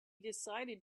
decided